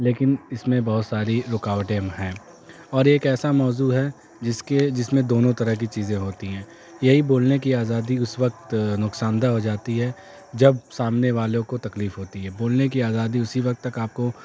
لیکن اس میں بہت ساری رکاوٹیں ہیں اور ایک ایسا موضوع ہے جس کے جس میں دونوں طرح کی چیزیں ہوتی ہیں یہی بولنے کی آزادی اس وقت نقصان دہ ہو جاتی ہے جب سامنے والوں کو تکلیف ہوتی ہے بولنے کی آزادی اسی وقت تک آپ کو